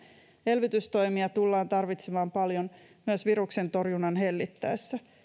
elvytystoimia tullaan tarvitsemaan paljon myös viruksen torjunnan hellittäessä